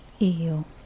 eel